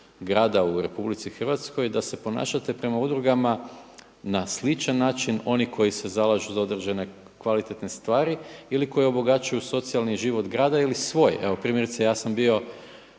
u RH da se ponašate prema udrugama na sličan način. Oni koji se zalažu za određene kvalitetne stvari ili koji obogaćuju socijalni život grada ili svoj. Primjerice ja sam bio